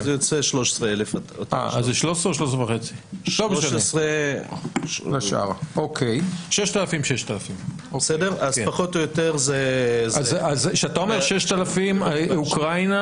זה יוצא 13,000. כשאתה אומר 6,000 אוקראינה,